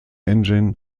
engine